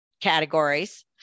categories